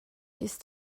ist